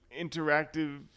interactive